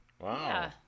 Wow